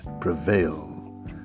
prevail